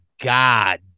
god